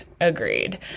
Agreed